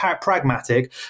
pragmatic